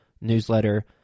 newsletter